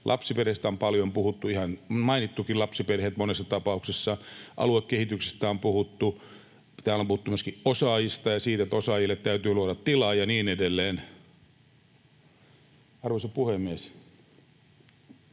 Lapsiperheistä on paljon puhuttu, ihan mainittukin lapsiperheet monessa tapauksessa. Aluekehityksestä on puhuttu. Täällä on puhuttu myöskin osaajista ja siitä, että osaajille täytyy luoda tilaa ja niin edelleen. Arvoisa puhemies!